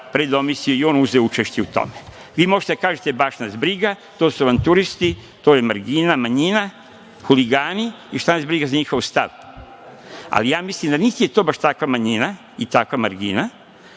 predomislio i on uzeo učešće u tome. Vi možete da kažete – baš nas briga, to su vam turisti, to je margina, manjina, huligani i šta nas briga za njihov stav. Ali, ja mislim da niti je to baš takva manjina i takva margina,